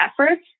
efforts